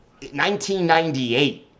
1998